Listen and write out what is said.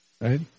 right